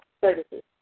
services